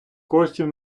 коштів